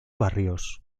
barrios